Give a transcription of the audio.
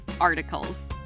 Articles